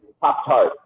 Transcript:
Pop-Tart